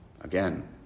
Again